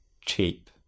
cheap